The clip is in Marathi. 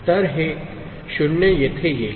तर हे 0 येथे येईल